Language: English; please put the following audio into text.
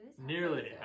Nearly